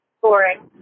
boring